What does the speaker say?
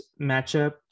matchup